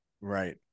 Right